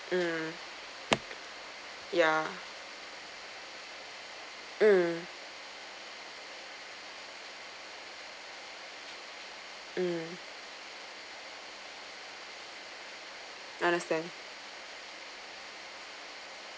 mm ya mm mm understand